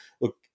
look